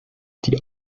die